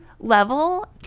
level